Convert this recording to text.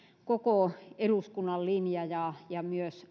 koko eduskunnan linja ja ja myös